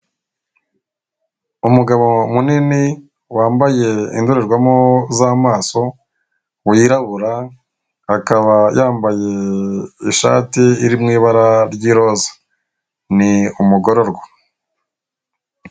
Umugabo munini, wambaye indorerwamo z'amaso, wirabura akaba yambaye ishati iri mu ibara ry'iroza. Ni umugororwa.